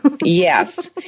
Yes